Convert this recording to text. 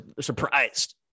surprised